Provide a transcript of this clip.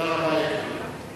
תודה רבה.